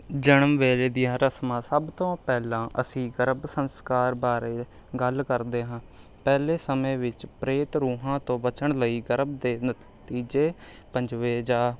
ਜਨਮ ਵੇਲੇ ਦੀਆਂ ਰਸਮਾਂ ਸਭ ਤੋਂ ਪਹਿਲਾਂ ਅਸੀਂ ਗਰਭ ਸੰਸਕਾਰ ਬਾਰੇ ਗੱਲ ਕਰਦੇ ਹਾਂ ਪਹਿਲੇ ਸਮੇਂ ਵਿੱਚ ਪ੍ਰੇਤ ਰੂਹਾਂ ਤੋਂ ਬਚਣ ਲਈ ਗਰਭ ਦੇ ਤੀਜੇ ਪੰਜਵੇ ਜਾਂ